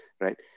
right